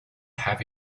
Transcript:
have